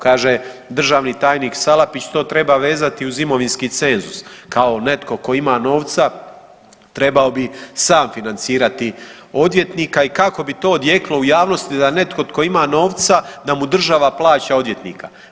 Kaže državni tajnik Salapić to treba vezati uz imovinski cenzus kao netko tko ima novca trebao bi sam financirati odvjetnika i kako bi to odjeknulo u javnosti da netko tko ima novca da mu država plaća odvjetnika.